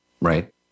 Right